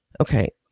Okay